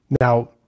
Now